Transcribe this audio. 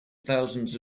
thousands